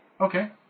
Okay